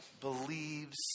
believes